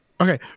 okay